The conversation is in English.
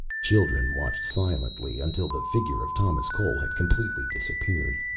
children watched silently until the figure of thomas cole had completely disappeared.